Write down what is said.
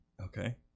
Okay